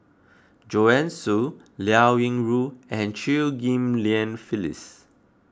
Joanne Soo Liao Yingru and Chew Ghim Lian Phyllis